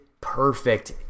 perfect